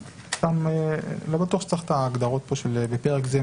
לא בטוח שצריך כאן את ההגדרות של "בפרק זה,